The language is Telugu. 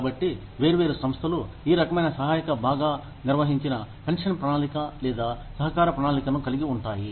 కాబట్టి వేర్వేరు సంస్థలు ఈ రకమైన సహాయక బాగా నిర్వహించిన పెన్షన్ ప్రణాళిక లేదా సహకార ప్రణాళికను కలిగి ఉంటాయి